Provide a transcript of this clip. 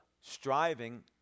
striving